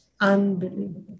unbelievable